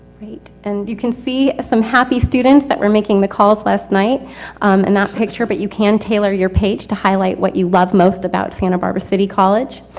and you can see some happy students that were making the calls last night in that picture but you can tailor your page to highlight what you love most about santa barbara city college.